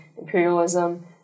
imperialism